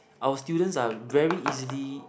our students are very easily